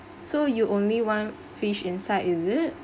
so you only one fish inside is it